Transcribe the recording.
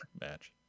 match